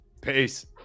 peace